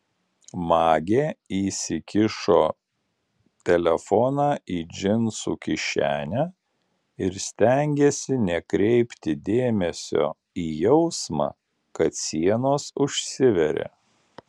magė įsikišo telefoną į džinsų kišenę ir stengėsi nekreipti dėmesio į jausmą kad sienos užsiveria